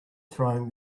throwing